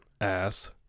ass